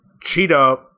Cheetah